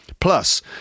Plus